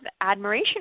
admiration